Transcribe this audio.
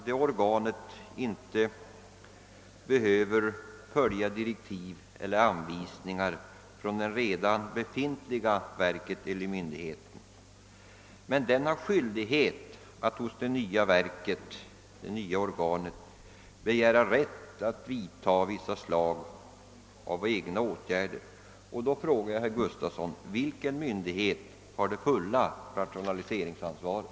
Det organet skulle inte behöva följa direktiv eller anvisningar från den redan befintliga myndigheten, men denna skulle ha skyldighet att hos det nya organet begära rätt att vidta vissa slag av egna åtgärder. Då frågar jag herr Gustafsson: Vilken myndighet har det fulla rationaliseringsansvaret?